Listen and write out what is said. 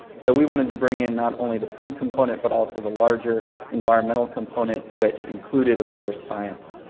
so we wanted to bring in not only the food component but also the larger environmental component, which included of course science.